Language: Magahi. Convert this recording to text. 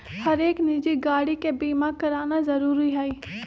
हरेक निजी गाड़ी के बीमा कराना जरूरी हई